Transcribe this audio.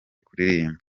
kuririmba